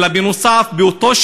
אלא נוסף על זה,